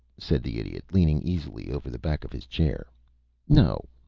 said the idiot, leaning easily over the back of his chair no.